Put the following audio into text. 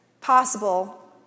possible